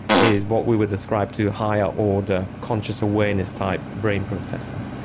is what we would describe to higher order conscious awareness type brain processing.